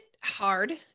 hard